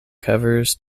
covers